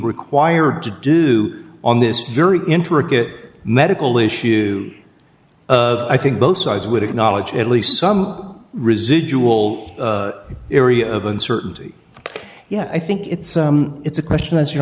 required to do on this very intricate medical issue i think both sides would acknowledge at least some residual area of uncertainty yeah i think it's it's a question as your